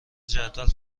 جدول